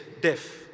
deaf